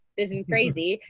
this is crazy.